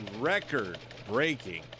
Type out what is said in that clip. record-breaking